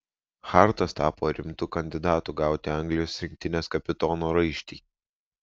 hartas tapo rimtu kandidatu gauti anglijos rinktinės kapitono raištį